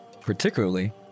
particularly